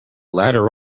ladder